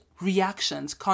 reactions